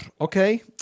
Okay